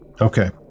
Okay